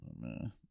man